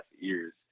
ears